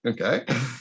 Okay